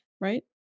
right